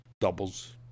Doubles